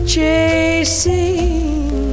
Chasing